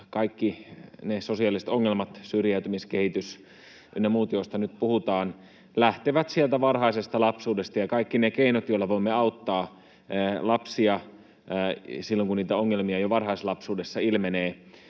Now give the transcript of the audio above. kaikki ne sosiaaliset ongelmat, syrjäytymiskehitys ynnä muut, joista nyt puhutaan, lähtevät sieltä varhaisesta lapsuudesta, ja kaikki ne keinot, joilla voimme auttaa lapsia silloin, kun niitä ongelmia jo varhaislapsuudessa ilmenee,